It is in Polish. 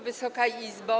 Wysoka Izbo!